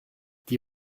die